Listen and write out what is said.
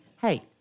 Hey